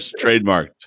trademarked